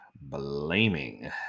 blaming